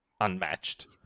unmatched